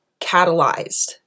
catalyzed